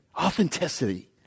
Authenticity